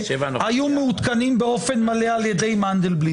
היו מעודכנים באופן מלא על ידי מנדלבליט,